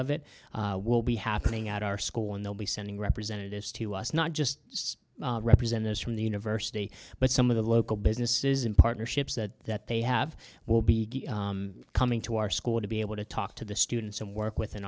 of it will be happening at our school and they'll be sending representatives to us not just representatives from the university but some of the local businesses in partnership said that they have will be coming to our school to be able to talk to the students and work within